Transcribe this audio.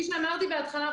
כפי שאמרתי בהתחלה,